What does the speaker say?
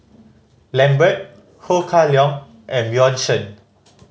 Lambert Ho Kah Leong and Bjorn Shen